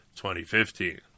2015